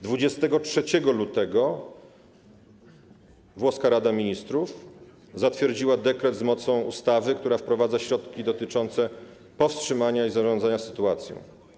23 lutego włoska Rada Ministrów zatwierdziła dekret z mocą ustawy, który wprowadza środki dotyczące powstrzymania i zarządzania sytuacją.